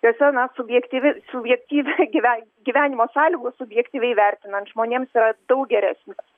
jose na subjektyvi subjektyvią gyve gyvenimo sąlygų subjektyviai vertinant žmonėms yra daug geresnės